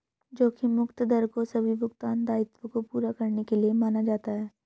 जोखिम मुक्त दर को सभी भुगतान दायित्वों को पूरा करने के लिए माना जाता है